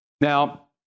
Now